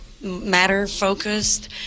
matter-focused